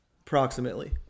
Approximately